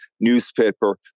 newspaper